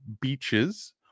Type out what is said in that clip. beaches